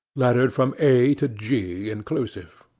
lettered from a to g inclusive.